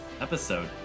episode